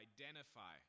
identify